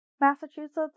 Massachusetts